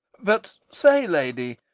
but say, lady,